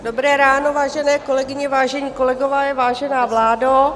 Dobré ráno, vážené kolegyně, vážení kolegové, vážená vládo.